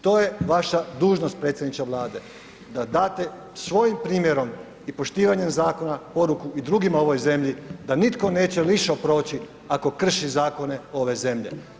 To je vaša dužnost predsjedniče Vlade da date svojim primjerom i poštivanjem zakona poruku i drugima u ovoj zemlji da nitko neće … proći ako krši zakone ove zemlje.